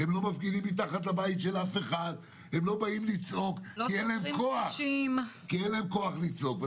לא מפגינות מתחת לבית של אף אחד כי אין להן כוח לצעוק,